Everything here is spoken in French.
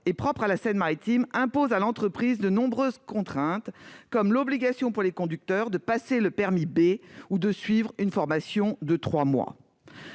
et propre à la Seine-Maritime impose à T'tuktuk ? de nombreuses contraintes, comme l'obligation pour les conducteurs de passer le permis B ou de suivre une formation de trois mois.